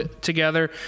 together